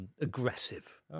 Aggressive